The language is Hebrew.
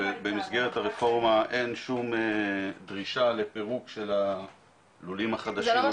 במסגרת הרפורמה אין שום דרישה לפירוק של הלולים החדשים.